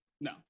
No